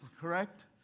correct